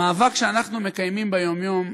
המאבק שאנחנו מקיימים ביום-יום,